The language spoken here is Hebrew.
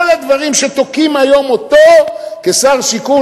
כל הדברים שתוקעים היום אותו כשר השיכון,